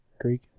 Greek